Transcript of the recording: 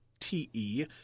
T-E